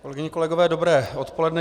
Kolegyně, kolegové, dobré odpoledne.